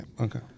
okay